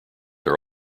are